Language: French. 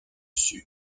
sud